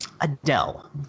Adele